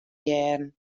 hearren